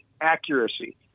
accuracy